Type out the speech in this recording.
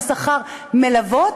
על שכר מלוות,